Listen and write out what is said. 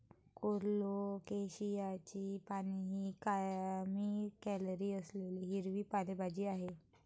कोलोकेशियाची पाने ही कमी कॅलरी असलेली हिरवी पालेभाजी आहे